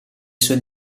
sue